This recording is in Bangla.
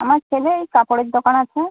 আমার ছেলে এই কাপড়ের দোকান আছে